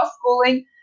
schooling